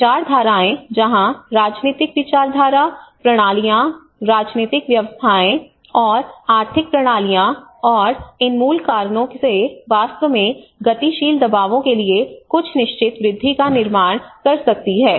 विचारधाराएँ जहाँ राजनीतिक विचारधारा प्रणालियाँ राजनीतिक व्यवस्थाएँ और आर्थिक प्रणालियाँ और इन मूल कारणों से वास्तव में गतिशील दबावों के लिए कुछ निश्चित वृद्धि का निर्माण कर सकती हैं